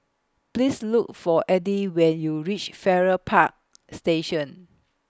Please Look For Edie when YOU REACH Farrer Park Station